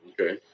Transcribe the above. Okay